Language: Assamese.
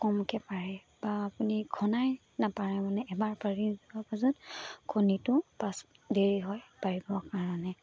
কমকৈ পাৰে বা আপুনি ঘনাই নাপাৰে মানে এবাৰ পাৰি যোৱাৰ পাছত কণীটো পাছত দেৰি হয় পাৰিবৰ কাৰণে